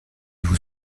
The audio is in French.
vous